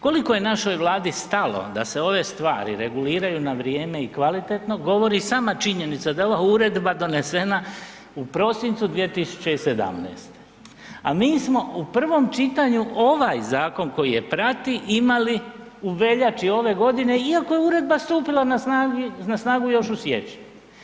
Koliko je našoj Vladi stalo da se ove stvari reguliraju na vrijeme i kvalitetno govori sama činjenica da je ova uredba donesena u prosincu 2017., a mi smo u prvom čitanju ovaj zakon koji je prati imali u veljači ove godine, iako je uredba stupila na snagu još u siječnju.